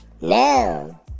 Now